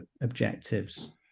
objectives